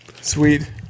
Sweet